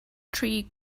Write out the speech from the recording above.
tree